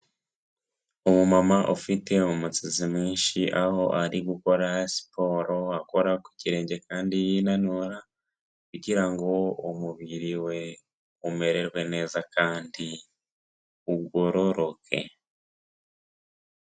Umumama ufite umusatsi mwinshi, aho ari gukora siporo akora ku kirenge kandi yinanura, kugira ngo umubiri we umererwe neza kandi ugororoke.